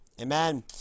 Amen